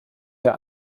der